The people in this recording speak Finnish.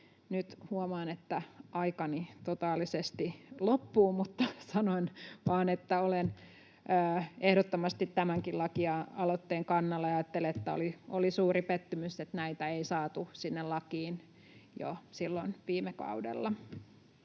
Nyt huomaan, että aikani totaalisesti loppuu, mutta sanon vaan, että olen ehdottomasti tämänkin lakialoitteen kannalla ja ajattelen, että oli suuri pettymys, että näitä ei saatu sinne lakiin jo silloin viime kaudella.